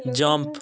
jump